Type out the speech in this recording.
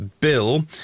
bill